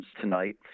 tonight